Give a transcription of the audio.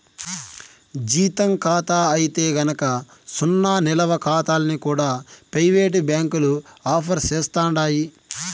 జీతం కాతా అయితే గనక సున్నా నిలవ కాతాల్ని కూడా పెయివేటు బ్యాంకులు ఆఫర్ సేస్తండాయి